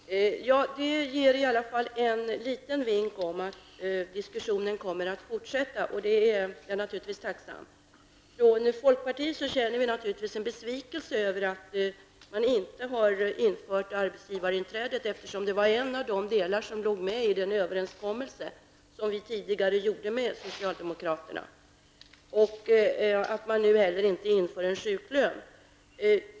Herr talman! Det ger i alla fall en liten vink om att diskussionen kommer att fortsätta, och det är jag naturligtvis tacksam för. I folkpartiet känner vi naturligtvis en besvikelse över att man inte har infört arbetsgivarinträdet, eftersom det var en av delarna i den överenskommelse som vi tidigare gjorde med socialdemokraterna, och över att man nu inte heller inför en sjuklön.